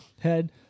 head